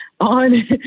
on